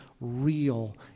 real